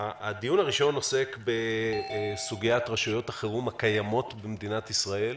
הדיון הראשון עוסק בסוגיית רשויות החירום הקיימות במדינת ישראל,